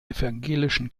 evangelischen